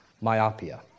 myopia